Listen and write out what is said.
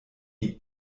die